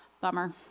Bummer